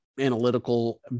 analytical